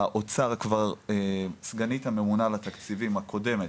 באוצר הסגנית הממונה על התקציבים הקודמת,